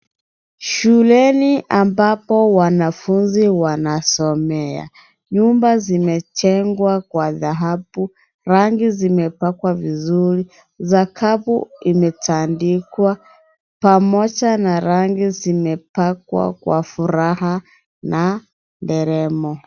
Shuleni ambapo wanafunzi wanasomea. Nyumba zimejengwa kwa dhahabu. Rangi zimepakwa vizuri, sakafu imetandikwa pamoja na rangi imepakwa kwa furaha na nderemo.